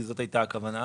כי זאת הייתה הכוונה,